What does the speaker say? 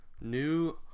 new